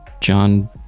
John